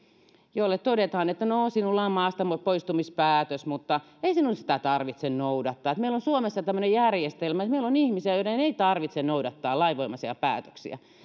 jolle todetaan että no sinulla on maastapoistamispäätös mutta ei sinun sitä tarvitse noudattaa koska meillä on suomessa tämmöinen järjestelmä että meillä on ihmisiä joiden ei tarvitse noudattaa lainvoimaisia päätöksiä